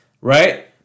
right